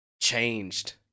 changed